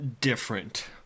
different